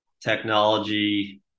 technology